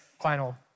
final